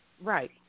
Right